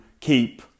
keep